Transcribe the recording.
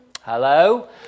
Hello